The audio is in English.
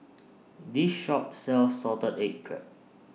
This Shop sells Salted Egg Crab